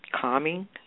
calming